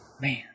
Man